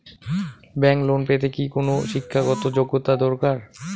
Bank loan পেতে কি কোনো শিক্ষা গত যোগ্য দরকার?